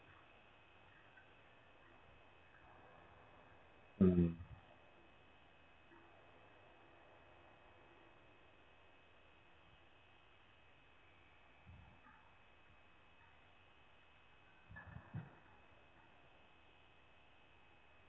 mmhmm